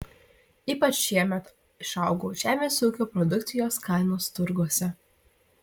ypač šiemet išaugo žemės ūkio produkcijos kainos turguose